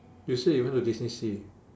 you said you went to DisneySea